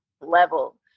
level